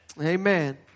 Amen